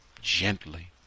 gently